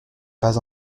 pas